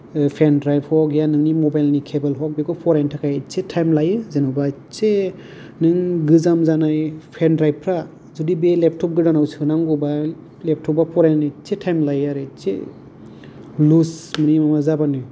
pen drive आव गैया नोंनि मबाइल नि केबोल हक बेखौ फरायनो थाखाय एस्से टाइम लायो जेनेबा इसे नों गोजाम जानाय पेनद्रायभ फ्रा जुदि बे लेपतप गोदानाव सोनांगौबा लेपतप आ फरायनो इसे टाइम लायो आरो इसे लुज माने माबा जाबानो